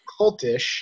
cultish